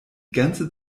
ganze